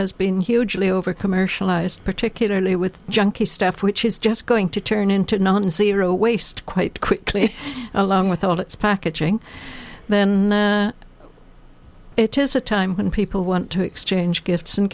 has been hugely overcommercialized particularly with junky stuff which is just going to turn into non zero waste quite quickly along with all its packaging then it is a time when people want to exchange gifts and